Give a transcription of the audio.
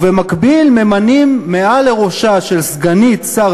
ובמקביל ממנים מעל לראשה של סגנית שר